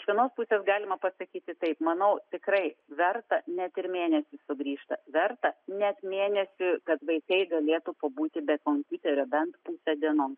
iš vienos pusės galima pasakyti taip manau tikrai verta net ir mėnesį sugrįžta verta net mėnesį kad vaikai galėtų pabūti be kompiuterio bent pusę dienos